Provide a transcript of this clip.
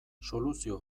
soluzio